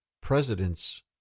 presidents